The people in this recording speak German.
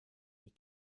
die